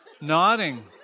nodding